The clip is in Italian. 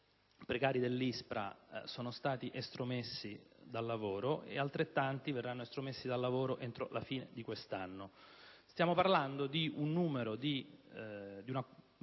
precari dell'ISPRA sono stati estromessi dal lavoro e altrettanti ne verranno estromessi entro la fine di quest'anno. Stiamo parlando di una quantità